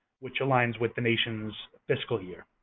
which aligns with the nation's fiscal year.